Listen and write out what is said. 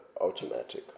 automatic